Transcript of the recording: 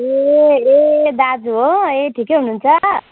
ए ए दाजु हो ए ठिकै हुनुहुन्छ